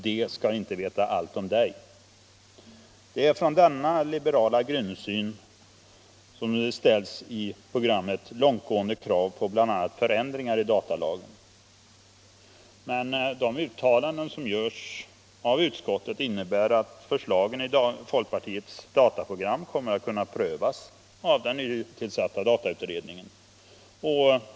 De skall inte veta allt om Dig. Det är utifrån denna liberala grundsyn som det i programmet ställs långtgående krav på bl.a. förändringar av datalagen. Men de uttalanden som görs av utskottet innebär att förslagen i folkpartiets dataprogram kommer att kunna prövas av den nytillsatta datautredningen.